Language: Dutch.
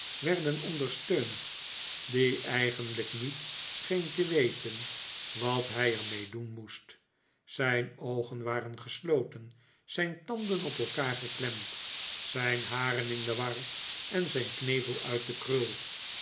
werden ondersteund die eigenlijk niet scheen te weten wat hij er mee doen moest zijn oogen waren gesloten zijn tanden op elkaar geklemd zijn haren in de war eri zijn knevel uit de krul